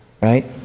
Right